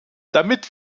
damit